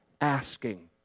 asking